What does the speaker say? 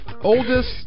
oldest